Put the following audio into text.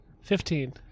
Fifteen